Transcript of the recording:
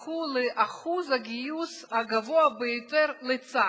זכו לאחוז הגיוס הגבוה ביותר לצה"ל,